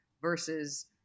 versus